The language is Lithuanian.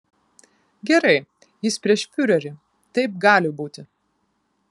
gerai jis prieš fiurerį taip gali būti